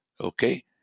Okay